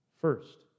first